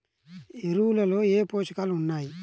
ఎరువులలో ఏ పోషకాలు ఉన్నాయి?